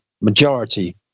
majority